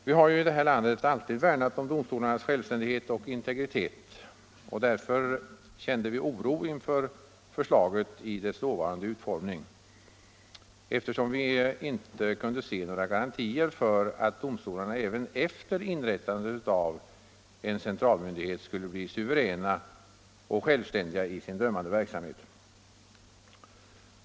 Vi har ju i det här landet alltid värnat om domstolarnas självständighet och integritet, och därför kände vi oro inför förslaget i dess dåvarande utformning, eftersom vi inte kunde se några garantier för att domstolarna även efter inrättandet av en centralmyndighet skulle bli suveräna och självständiga i sin dömande verksamhet.